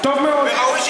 טוב מאוד.